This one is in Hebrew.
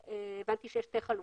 הבנתי שיש שתי חלופות.